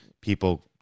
people